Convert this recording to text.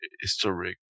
historic